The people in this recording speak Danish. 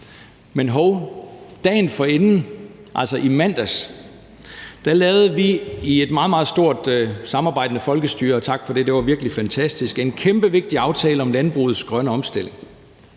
Men hov, dagen forinden, altså i mandags, lavede vi i et meget, meget stort samarbejdende folkestyre, og tak for det, for det var virkelig fantastisk, en kæmpe, vigtig aftale om landbrugets grønne omstilling.